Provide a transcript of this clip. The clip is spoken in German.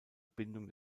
bindung